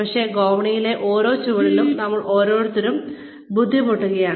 പക്ഷേ ഗോവണിപ്പടിയിലെ ഓരോ ചുവടിലും നമ്മൾ ഓരോരുത്തരും ബുദ്ധിമുട്ടുകയാണ്